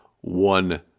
one